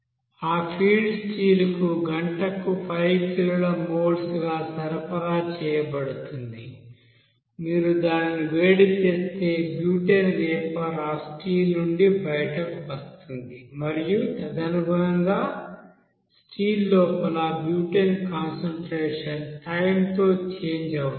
ఆ feed steel కు గంటకు 5 కిలోల మోల్స్గా సరఫరా చేయబడుతుంది మీరు దానిని వేడి చేస్తే బ్యూటేన్ వేపర్ ఆ స్టీల్ నుండి బయటకు వస్తుంది మరియు తదనుగుణంగా స్టీల్ లోపల బ్యూటేన్ కాన్సంట్రేషన్ టైం తో చేంజ్ అవుతుంది